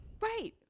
Right